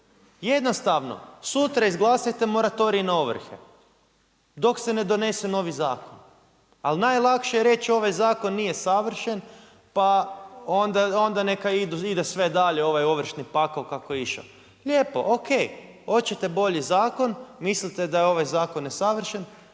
Jednostavno, sutra izglasajte moratorij na ovrhe, dok se ne donese novi zakon. Ali najlakše je reći ovaj zakon nije savršen pa onda neka ide sve dalje ovaj ovršni pakao kako je išao. Lijepo, O.K, hoćete bolji zakon, mislite da je ovaj zakon nesavršen,